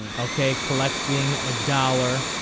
and okay collecting a dollar.